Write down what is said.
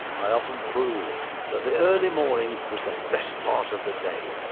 i often proved that the early morning was the best part of the day.